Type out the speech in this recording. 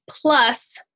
plus